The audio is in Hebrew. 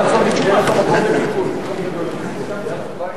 לאחר מכן לגברתי המזכירה יש הודעה.